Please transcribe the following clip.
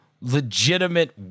legitimate